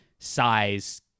size